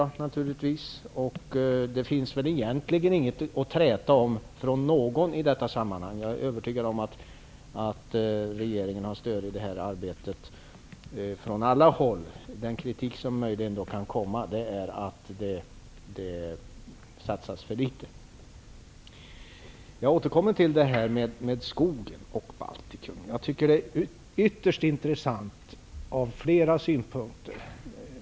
Det finns egentligen inget att träta om för någon i detta sammanhang. Jag är övertygad om att regeringen har stöd i detta arbete från alla håll. Den kritik som möjligen kan komma är att det satsas för litet. Jag återkommer till detta med skogen i Baltikum. Jag tycker att det är ytterst intressant av flera anledningar.